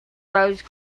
rose